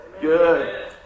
Good